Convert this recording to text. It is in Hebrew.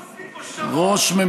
תראה מה אתם עושים פה, שמות.